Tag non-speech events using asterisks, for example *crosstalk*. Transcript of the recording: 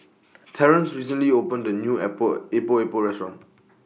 Terrance recently opened A New *unintelligible* Epok Epok Restaurant